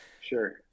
Sure